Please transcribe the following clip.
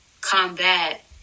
combat